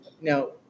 now